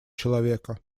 человека